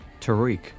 Tariq